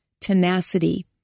tenacity